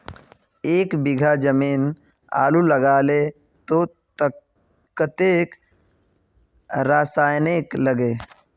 एक बीघा जमीन आलू लगाले तो कतेक रासायनिक लगे?